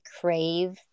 crave